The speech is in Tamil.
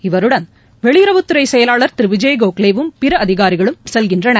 இவருடன் வெளியுறவுத்துறைசெயலாளர் திருவிஜய் கோகலேவும் பிறஅதிகாரிகளும் செல்கின்றனர்